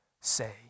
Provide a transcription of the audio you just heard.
say